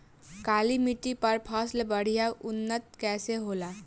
काली मिट्टी पर फसल बढ़िया उन्नत कैसे होला?